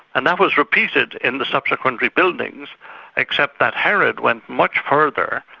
and that was repeated in the subsequent rebuildings except that herod went much further,